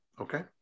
Okay